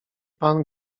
pan